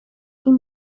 این